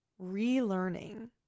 relearning